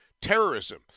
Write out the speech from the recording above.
terrorism